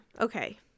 okay